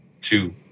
two